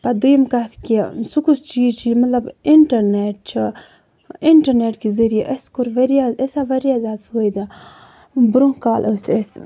پَتہٕ دۄیِم کَتھ کہِ سُہ کُس چیٖز چھُ یہِ مطلب اِنٹرنیٚٹ چھُ اِنٹرنیٚٹ کہِ ذریعہٕ اَسہِ کوٚر واریاہ اَسہِ آو واریاہ زیادٕ فٲیدٕ برونٛہہ کالہٕ ٲسۍ أسۍ